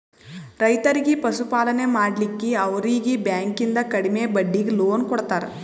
ರೈತರಿಗಿ ಪಶುಪಾಲನೆ ಮಾಡ್ಲಿಕ್ಕಿ ಅವರೀಗಿ ಬ್ಯಾಂಕಿಂದ ಕಡಿಮೆ ಬಡ್ಡೀಗಿ ಲೋನ್ ಕೊಡ್ತಾರ